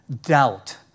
Doubt